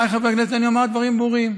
חבריי חברי הכנסת, אני אומר דברים ברורים: